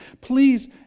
please